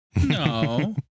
No